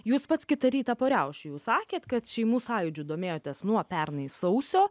jūs pats kitą rytą po riaušių jūs sakėte kad šeimų sąjūdžiu domėjotės nuo pernai sausio